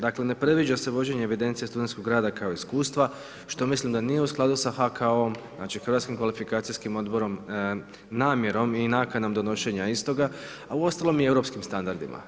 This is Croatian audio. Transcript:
Dakle, ne predviđa se vođenje evidencije studentskog rada kao iskustva što mislim da nije u skladu sa HKO-om znači hrvatskim kvalifikacijskim odborom, namjerom i nakanom donošenja istoga, a uostalom i europskim standardima.